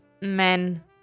Men